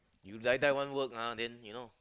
you die die want work ah then you know